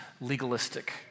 legalistic